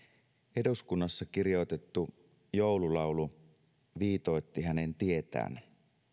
eduskunnassa kirjoitettu joululaulu viitoitti hänen tietään